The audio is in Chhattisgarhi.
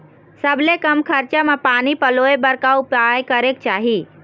सबले कम खरचा मा पानी पलोए बर का उपाय करेक चाही?